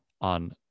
on